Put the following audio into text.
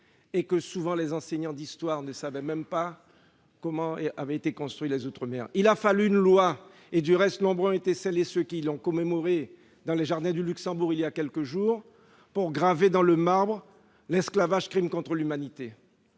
Souvent, les enseignants d'histoire ne savaient même pas comment avaient été construits les outre-mer ! Il a fallu une loi- du reste, nombreux ont été celles et ceux qui l'ont commémorée dans le jardin du Luxembourg, il y a quelques jours -pour graver dans le marbre que l'esclavage est un crime contre l'humanité.